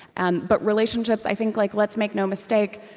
and but relationships i think, like let's make no mistake,